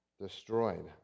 destroyed